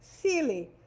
silly